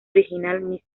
original